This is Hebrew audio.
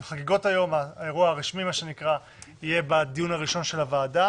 חגיגות היום; האירוע הרשמי יהיה בדיון הראשון של הוועדה